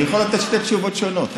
אני יכול לתת שתי תשובות שונות.